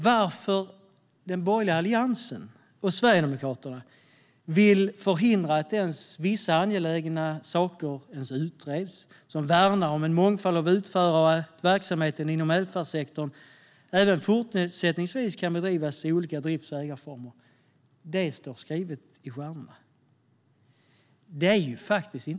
Varför den borgerliga Alliansen och Sverigedemokraterna, som värnar om en mångfald av utförare och att verksamheten inom välfärdssektorn även fortsättningsvis kan bedrivas i olika drifts och ägarformer, vill förhindra att vissa angelägna saker ens utreds står skrivet i stjärnorna.